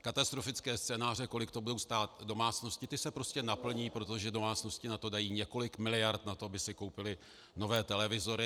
Katastrofické scénáře, kolik to bude stát domácnosti, ty se prostě naplní, protože domácnosti na to dají několik miliard, aby si koupily nové televizory.